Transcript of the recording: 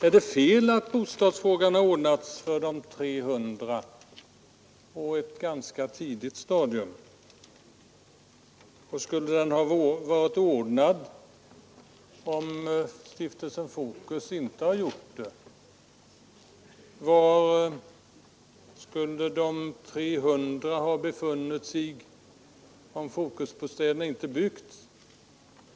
Är det fel att bostadsfrågan har ordnats för de 300 handikappade på ett tidigt stadium? Skulle den ha varit ordnad utan Stiftelsen Fokus? Var skulle dessa 300 ha befunnit sig om Fokusbostäderna inte hade byggts?